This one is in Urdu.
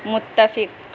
متفق